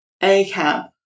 ACAB